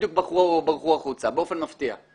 בדיוק ברחו החוצה באופן מפתיע.